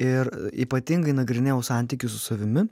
ir ypatingai nagrinėjau santykį su savimi